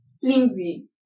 flimsy